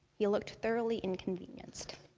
he looked thoroughly inconvenienced.